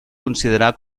considerar